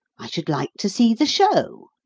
i should like to see the show.